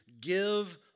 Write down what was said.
give